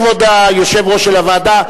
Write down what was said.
כבוד היושב-ראש של הוועדה,